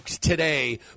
today